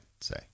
say